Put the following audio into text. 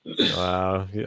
wow